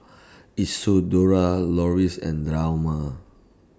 Isidore Loris and Delmar